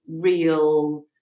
real